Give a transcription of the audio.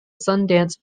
sundance